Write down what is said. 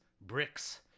bricks